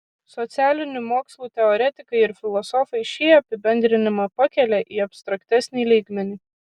socialinių mokslų teoretikai ir filosofai šį apibendrinimą pakelia į abstraktesnį lygmenį